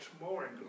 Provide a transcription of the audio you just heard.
more